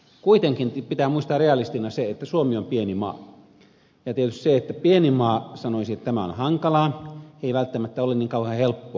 kuitenkin pitää muistaa realistina se että suomi on pieni maa ja tietysti se että pieni maa sanoisi että tämä on hankalaa ei välttämättä ole niin kauhean helppoa